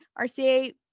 rca